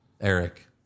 Eric